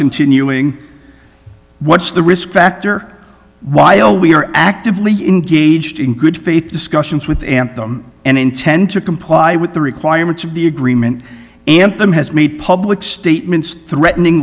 continuing what's the risk factor while we are actively engaged in good faith discussions with amp them and intend to comply with the requirements of the agreement anthem has made public statements threatening